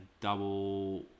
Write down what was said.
double